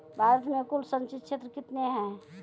भारत मे कुल संचित क्षेत्र कितने हैं?